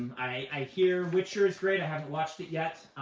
i hear witcher is great. i haven't watched it yet.